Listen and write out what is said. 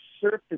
surface